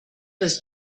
was